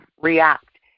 react